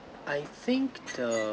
I think the